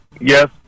yes